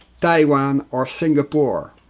taiwan or singapore.